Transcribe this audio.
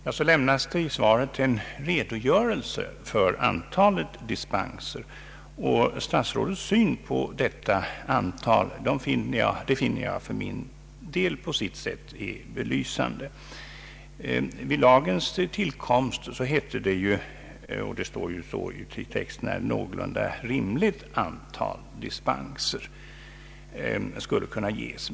I svaret lämnas en redogörelse för antalet dispenser. Statsrådets syn på detta antal finner jag på sitt sätt belysande. Vid lagens tillkomst räknade man med, som det står i svaret, att ”endast ett någorlunda rimligt antal dispenser skulle behöva medges”.